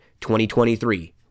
2023